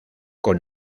con